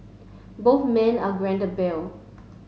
both men are granted bail